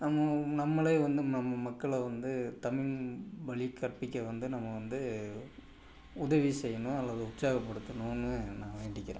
நம்ம நம்மளே வந்து நம்ம மக்களை வந்து தமிழ் வழி கற்பிக்க வந்து நம்ம வந்து உதவி செய்யணும் அல்லது உற்சாகப்படுத்தணும்ன்னு நான் வேண்டிக்கிறேன்